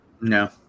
No